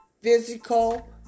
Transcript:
physical